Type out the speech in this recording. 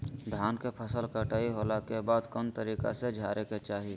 धान के फसल कटाई होला के बाद कौन तरीका से झारे के चाहि?